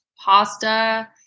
pasta